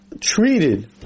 treated